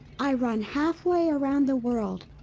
i run halfway around the world,